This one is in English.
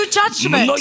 judgment